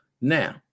now